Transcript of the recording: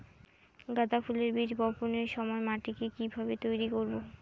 গাদা ফুলের বীজ বপনের সময় মাটিকে কিভাবে তৈরি করব?